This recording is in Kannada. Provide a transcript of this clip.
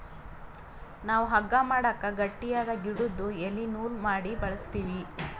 ನಾವ್ ಹಗ್ಗಾ ಮಾಡಕ್ ಗಟ್ಟಿಯಾದ್ ಗಿಡುದು ಎಲಿ ನೂಲ್ ಮಾಡಿ ಬಳಸ್ತೀವಿ